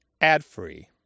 ad-free